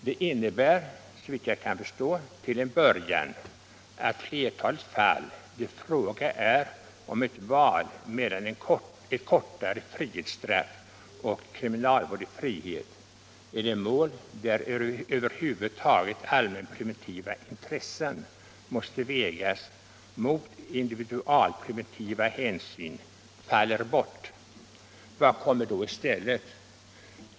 Det innebär såvitt jag kan förstå till en början att flertalet mål där det är fråga om ett val mellan ett kortare frihetsstraff och kriminalvård i frihet eller mål där över huvud taget allmänpreventiva intressen måste vägas mot individualpreventiva hänsyn faller bort. Vad kommer då i stället?